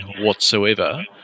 whatsoever